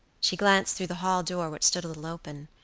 she glanced through the hall door, which stood a little open.